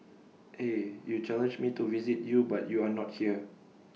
eh you challenged me to visit your but you are not here